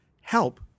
help